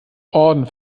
orden